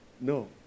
no